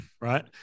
right